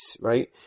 right